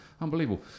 Unbelievable